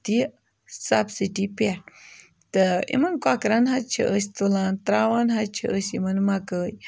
تہِ سَبسِٹی پٮ۪ٹھ تہٕ اِمَن کۄکرَن حظ چھِ أسۍ تُلان ترٛاوان حظ چھِ أسۍ یِمَن مَکٲے